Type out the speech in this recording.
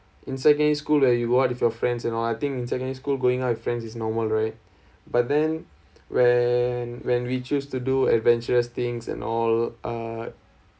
in secondary school where you go out with your friends and all I think in secondary school going out with friends is normal right but then when when we choose to do adventurous things and all uh